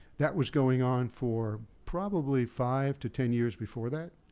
that was going on for probably five to ten years before that.